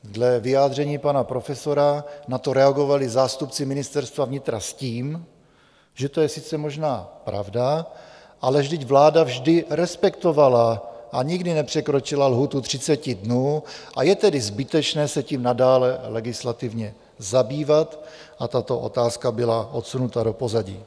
Dle vyjádření pana profesora na to reagovali zástupci Ministerstva vnitra s tím, že to je sice možná pravda, ale vždyť vláda vždy respektovala a nikdy nepřekročila lhůtu 30 dnů, a je tedy zbytečné se tím nadále legislativně zabývat, a tato otázka byla odsunuta do pozadí.